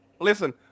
listen